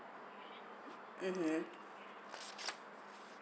mmhmm